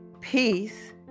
peace